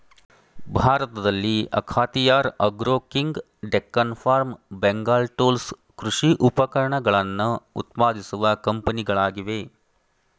ಭಾರತದಲ್ಲಿ Akhatiyar Agro King, Deccan Farm, Bengal Tools ಕೃಷಿ ಉಪಕರಣಗಳನ್ನು ಉತ್ಪಾದಿಸುವ ಕಂಪನಿಗಳಾಗಿವೆ